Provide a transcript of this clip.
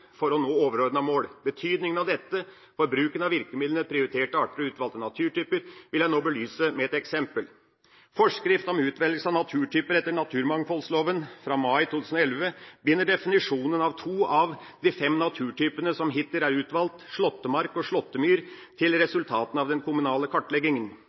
for å nå overordnede mål. Betydningen av dette for bruken av virkemidlene «prioriterte arter» og «utvalgte naturtyper» vil jeg nå belyse med et eksempel. Forskrift om utvelgelse av naturtyper etter naturmangfoldloven, fra mai 2011, binder definisjonen av to av de fem naturtypene som hittil er utvalgt, slåttemark og slåttemyr, til resultatene av den kommunale kartleggingen.